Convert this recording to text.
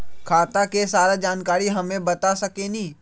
खाता के सारा जानकारी हमे बता सकेनी?